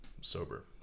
sober